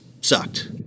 sucked